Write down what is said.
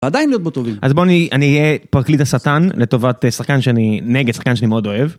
עדיין להיות בטובים אז בוא נהיה פרקליט השטן לטובת שחקן שאני... נגד שחקן שאני מאוד אוהב